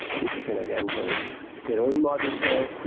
people can again build their own models there,